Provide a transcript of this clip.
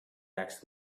asked